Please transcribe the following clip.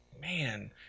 man